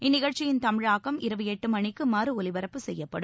இந்நிகழ்ச்சியின் தமிழாக்கம் இரவு எட்டு மணிக்கு மறு ஒலிபரப்பு செய்யப்படும்